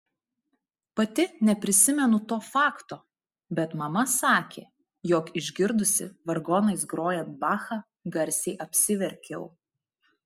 pati neprisimenu to fakto bet mama sakė jog išgirdusi vargonais grojant bachą garsiai apsiverkiau